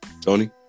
tony